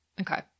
Okay